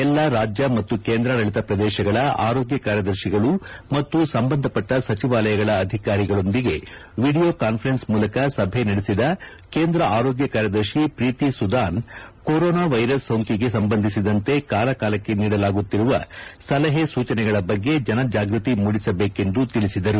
ಎಲ್ಲಾ ರಾಜ್ಯ ಮತ್ತು ಕೇಂದ್ರಾಡಳಿತ ಪ್ರದೇಶಗಳ ಆರೋಗ್ಯ ಕಾರ್ಯದರ್ತಿಗಳು ಮತ್ತು ಸಂಬಂಧಪಟ್ಟ ಸಚಿವಾಲಯಗಳ ಅಧಿಕಾರಿಗಳೊಂದಿಗೆ ವಿಡಿಯೋ ಕಾನ್ಫರೆನ್ಸ್ ಮೂಲಕ ಸಭೆ ನಡೆಸಿದ ಕೇಂದ್ರ ಆರೋಗ್ಯ ಕಾರ್ಯದರ್ತಿ ಪ್ರೀತಿ ಸುದಾನ್ ಕೊರೋನಾ ವೈರಸ್ ಸೋಂಕಿಗೆ ಸಂಬಂಧಿಸಿದಂತೆ ಕಾಲಕಾಲಕ್ಕೆ ನೀಡಲಾಗುತ್ತಿರುವ ಸಲಹೆ ಸೂಚನೆಗಳ ಬಗ್ಗೆ ಜನಜಾಗೃತಿ ಮೂಡಿಸಬೇಕೆಂದು ತಿಳಿಸಿದರು